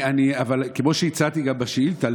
אבל כמו שהצעתי גם בשאילתה,